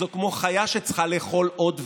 זה כמו חיה שצריכה לאכול עוד ועוד.